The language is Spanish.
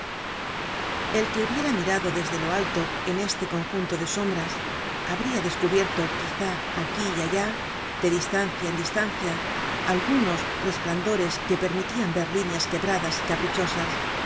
el que hubiera mirado desde lo alto en este conjunto de sombras habria descubierto quizá aquí y allá de distancia en distancia algunos resplandores que permitian ver líneas quebradas y caprichosas